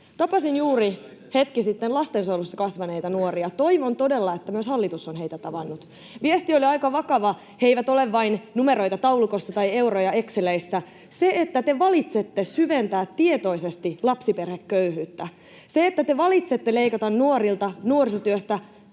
Tapasin juuri hetki sitten lastensuojelussa kasvaneita nuoria. Toivon todella, että myös hallitus on heitä tavannut. Viesti oli aika vakava: he eivät ole vain numeroita taulukossa tai euroja exceleissä. Se, että te valitsette syventää tietoisesti lapsiperheköyhyyttä, se, että te valitsette leikata nuorilta, nuorisotyöstä,